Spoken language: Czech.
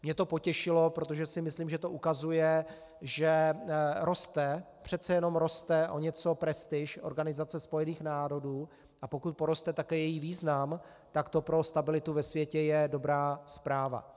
Mě to potěšilo, protože si myslím, že to ukazuje, že roste, přece jenom o něco roste prestiž Organizace spojených národů, a pokud poroste také její význam, tak to pro stabilitu ve světě je dobrá zpráva.